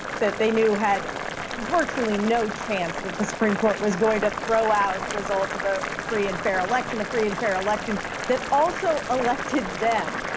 that they knew had virtually no chance that the supreme court was going to throw out results of a free and fair election, a free and fair election that also elected them.